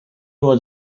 was